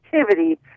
activity